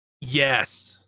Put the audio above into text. Yes